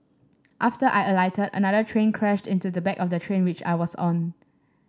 after I alighted another train crashed into the back of the train which I was on